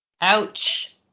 Ouch